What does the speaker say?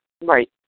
Right